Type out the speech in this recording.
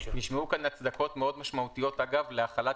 נשמעו כאן הצדקות משמעותיות מאוד להחלת